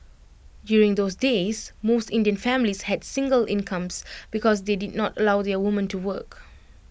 during those days most Indian families had single incomes because they did not allow their women to work